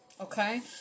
Okay